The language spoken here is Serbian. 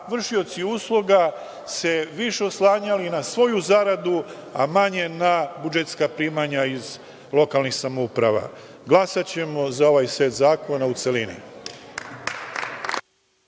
vršioci usluga bi se više oslanjali na svoju zaradu, a manje na budžetska primanja iz lokalnih samouprava. Glasaćemo za ovaj set zakona u celini.